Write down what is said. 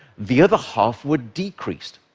the other half were decreased.